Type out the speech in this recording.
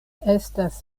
estas